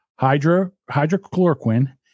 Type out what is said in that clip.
hydrochloroquine